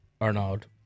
Arnold